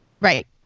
Right